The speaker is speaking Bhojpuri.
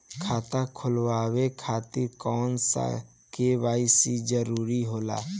खाता खोलवाये खातिर कौन सा के.वाइ.सी जरूरी होला?